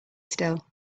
still